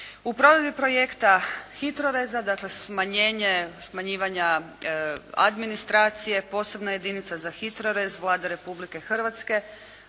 U provedbi projekta HITROReza dakle smanjenje smanjivanja administracija, posebna jedinica za HITRORez Vlade Republike Hrvatske